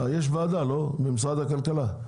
יש ועדה במשרד הכלכלה.